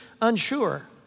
unsure